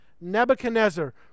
Nebuchadnezzar